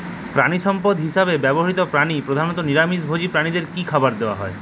প্রাণিসম্পদ হিসেবে ব্যবহৃত প্রাণী প্রধানত নিরামিষ ভোজী প্রাণীদের কী খাবার দেয়া হয়?